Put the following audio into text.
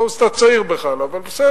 טוב, אז אתה צעיר בכלל, אבל בסדר.